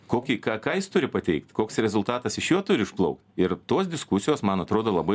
kokį ką ką jis turi pateikt koks rezultatas iš jo turi išplaukt ir tos diskusijos man atrodo labai